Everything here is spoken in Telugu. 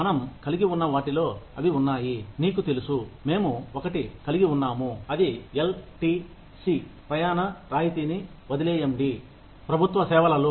మనం కలిగివున్న వాటిలో అవి ఉన్నాయి నీకు తెలుసా మేము ఒకటి కలిగి ఉన్నాము అది ఎల్ టి సి ప్రయాణ రాయితీని వదిలేయండి ప్రభుత్వ సేవలలో